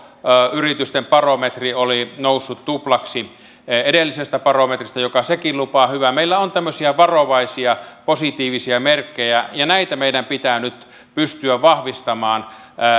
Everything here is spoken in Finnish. yritysten barometri oli noussut tuplaksi edellisestä barometristä mikä sekin lupaa hyvää meillä on tämmöisiä varovaisia positiivisia merkkejä ja näitä meidän pitää nyt pystyä vahvistamaan